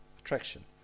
Attraction